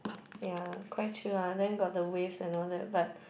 ya quite chilled lah then got the waves and all that but